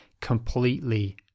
completely